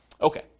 Okay